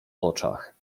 oczach